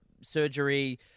surgery